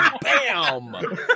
Bam